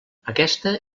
aquesta